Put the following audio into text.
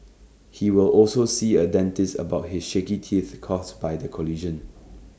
he will also see A dentist about his shaky teeth caused by the collision